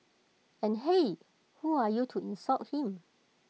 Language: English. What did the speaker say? and hey who are you to insult him